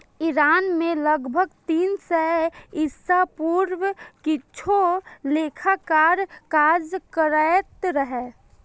Iran मे लगभग तीन सय ईसा पूर्व किछु लेखाकार काज करैत रहै